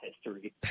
history